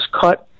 cut